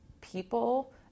people